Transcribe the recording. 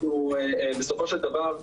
בסופו של דבר,